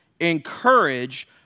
encourage